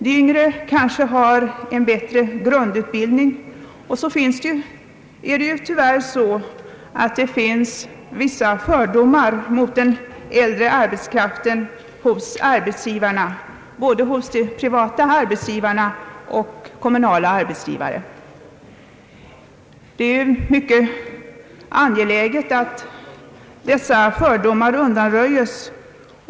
De yngre har kanske en bättre grundutbildning. Dessutom finns det tyvärr vissa fördomar mot den äldre arbetskraften hos arbetsgivarna, både hos de privata och de kommunala arbetsgivarna. Det är mycket angeläget att dessa fördomar undanröjes.